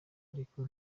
ariko